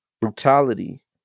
brutality